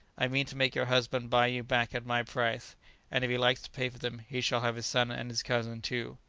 i mean to make your husband buy you back at my price and if he likes to pay for them, he shall have his son and his cousin too.